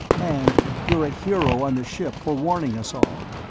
and you're a hero on the ship for warning us all.